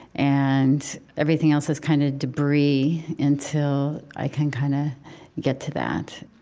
and everything else is kind of debris until i can kind of get to that